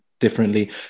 differently